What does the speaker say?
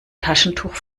taschentuch